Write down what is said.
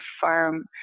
farm